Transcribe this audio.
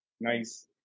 Nice